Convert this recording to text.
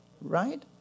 right